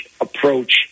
approach